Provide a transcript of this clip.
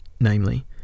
namely